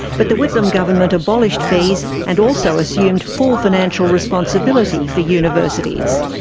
but the whitlam government abolished fees and also assumed full financial responsibility for universities.